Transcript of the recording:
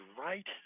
right